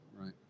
right